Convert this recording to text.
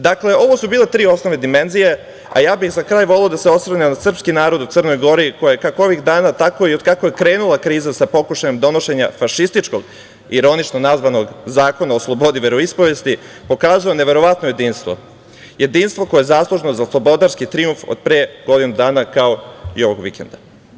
Dakle, ovo su bile tri osnovne dimenzije, a za kraj bih voleo da se osvrnem na srpski narod u Crnoj Gori kako ovih dana i od kako je krenula kriza sa pokušajem donošenja fašističkog, ironično nazvanog zakona o slobodi veroispovesti, pokazao neverovatno jedinstvo, jedinstvo koje je zaslužno za slobodarski trijumf od pre godinu dana kao i ovog vikenda.